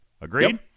Agreed